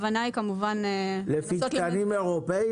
לפי תקנים אירופאיים?